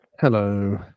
Hello